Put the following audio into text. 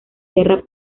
sierra